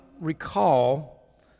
recall